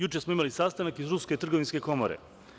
Juče smo imali sastanak iz Ruske trgovinske komore.